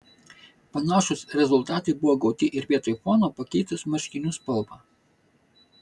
panašūs rezultatai buvo gauti ir vietoj fono pakeitus marškinių spalvą